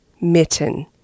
mitten